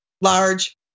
large